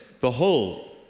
Behold